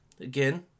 Again